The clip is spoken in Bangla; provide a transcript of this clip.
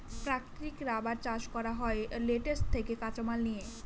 প্রাকৃতিক রাবার চাষ করা হয় ল্যাটেক্স থেকে কাঁচামাল নিয়ে